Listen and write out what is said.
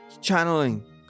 Channeling